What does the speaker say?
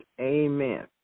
Amen